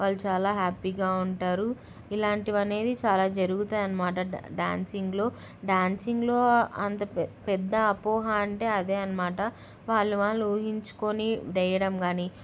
వాళ్ళు చాలా హ్యాపీగా ఉంటారు ఇలాంటివి అనేది చాలా జరుగుతాయి అన్నమాట డ్యాన్సింగ్లో డ్యాన్సింగ్లో అంత పెద్ద అపోహ అంటే అదే అన్నమాట వాళ్ళు వాళ్ళు ఊహించుకొని వేయడం కానీ